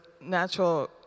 natural